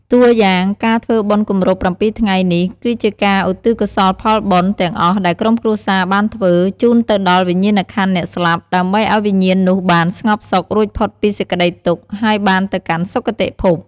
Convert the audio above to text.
តួយ៉ាង ការធ្វើបុណ្យគម្រប់៧ថ្ងៃនេះ គឺជាការ ឧទ្ទិសកុសលផលបុណ្យ ទាំងអស់ដែលក្រុមគ្រួសារបានធ្វើ ជូនទៅដល់វិញ្ញាណក្ខន្ធអ្នកស្លាប់ ដើម្បីឱ្យវិញ្ញាណនោះបាន ស្ងប់សុខ រួចផុតពីសេចក្តីទុក្ខ ហើយបានទៅកាន់ សុគតិភព។